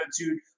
attitude